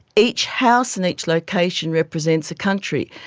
each house and each location represents a country.